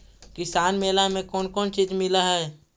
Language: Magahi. किसान मेला मे कोन कोन चिज मिलै है?